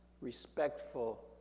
respectful